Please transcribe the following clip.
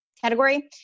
category